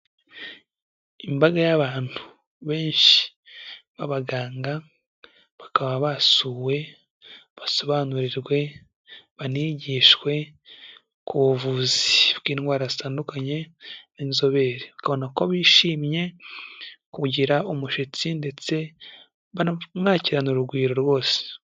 Imbaga y'abantu benshi b'abaganga bakaba basuwe basobanurirwe, banigishwe ku buvuzi bw'indwara zitandukanye n'inzobere, ukabona ko bishimiye kugira umushyitsi ndetse bamwakirana urugwiro rwose.